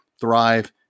Thrive